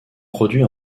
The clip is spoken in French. produit